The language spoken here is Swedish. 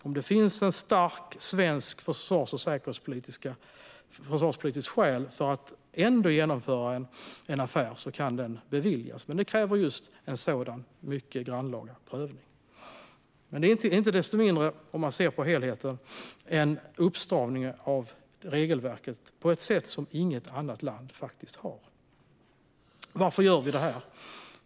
Om det finns starka svenska försvars och säkerhetspolitiska skäl för att ändå genomföra en affär kan den beviljas, men det kräver just en sådan mycket grannlaga prövning. Men det är inte desto mindre, om man ser på helheten, en uppstramning av regelverket på ett sätt som inget annat land faktiskt har. Varför gör vi det här?